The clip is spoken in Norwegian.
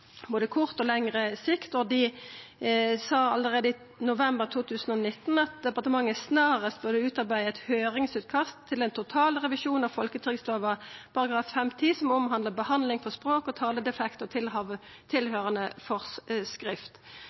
både kort og lengre sikt. Dei sa allereie i november 2019 at departementet snarast råd burde utarbeida eit høyringsutkast til ein totalrevisjon av folketrygdlova § 5-10, som omhandlar behandling for språk og taledefektar og